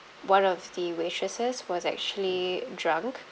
one of the waitresses was actually drunk